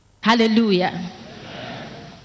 hallelujah